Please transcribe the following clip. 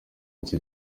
icyo